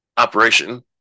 operation